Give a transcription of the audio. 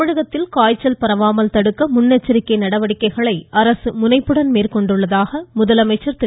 தமிழகத்தில் காய்ச்சல் பரவாமல் தடுக்க முன்னெச்சரிக்கை நடவடிக்கைகளை அரசு முனைப்புடன் மேற்கொண்டுள்ளதாக முதலமைச்சர் திரு